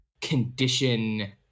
condition